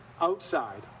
outside